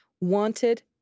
wanted